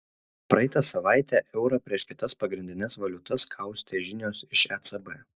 praeitą savaitę eurą prieš kitas pagrindines valiutas kaustė žinios iš ecb